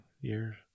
years